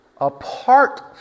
apart